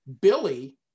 Billy